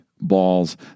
balls